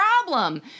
problem